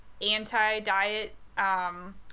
anti-diet –